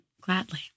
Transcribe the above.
Gladly